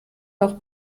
noch